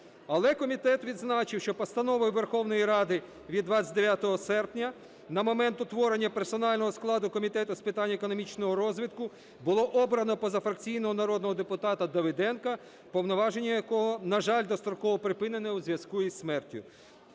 Але комітет відзначив, що Постановою Верховної Ради від 29 серпня на момент утворення персонального складу Комітету з питань економічного розвитку було обрано позафракційного народного депутата Давиденка, повноваження якого, на жаль, достроково припинено у зв'язку із смертю.